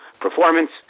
performance